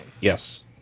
Yes